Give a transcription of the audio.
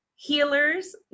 healers